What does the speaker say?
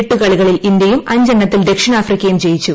എട്ടുകളികളിൽ ഇന്ത്യയും അഞ്ചെണ്ണത്തിൽ ദക്ഷിണാഫ്രിക്കയും ജയിച്ചു